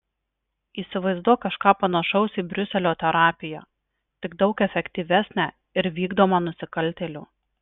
įsivaizduok kažką panašaus į briuselio terapiją tik daug efektyvesnę ir vykdomą nusikaltėlių